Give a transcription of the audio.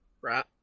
right